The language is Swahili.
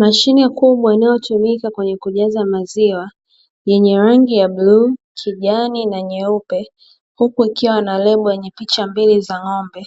Mashine kubwa inayotumika kwenye kujaza maziwa; yenye rangi ya bluu, kijani na nyeupe, huku ikiwa na lebo yenye picha mbili za ng'ombe,